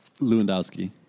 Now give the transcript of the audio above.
Lewandowski